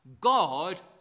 God